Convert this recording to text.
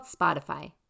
Spotify